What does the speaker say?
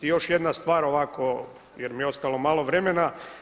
I još jedna stvar ovako jer mi je ostalo malo vremena.